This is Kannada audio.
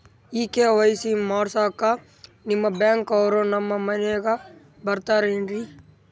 ಈ ಕೆ.ವೈ.ಸಿ ಮಾಡಸಕ್ಕ ನಿಮ ಬ್ಯಾಂಕ ಅವ್ರು ನಮ್ ಮನಿಗ ಬರತಾರೆನ್ರಿ?